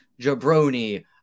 jabroni